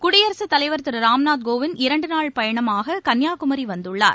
குடியரசுத் தலைவர் திரு ராம்நாத் கோவிந்த் இரண்டு நாள் பயணமாக கன்னியாகுமரி வந்துள்ளார்